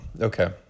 okay